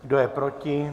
Kdo je proti?